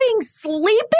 sleeping